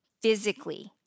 physically